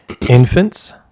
Infants